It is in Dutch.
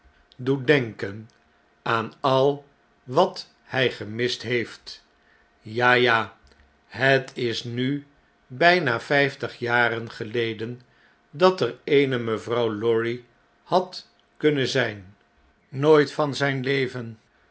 doet denken aan al wat hij gemist heeft i ja ja het is nu bijna vjftigjarengeleden dat er eene mevrouw lorry had kunnen zjjn i nooit van zjjn leven